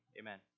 Amen